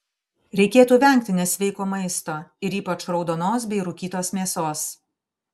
reikėtų vengti nesveiko maisto ir ypač raudonos bei rūkytos mėsos